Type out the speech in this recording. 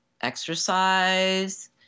exercise